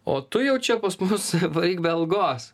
o tu jau čia pas mus varyk be algos